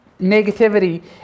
negativity